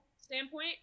standpoint